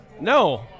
No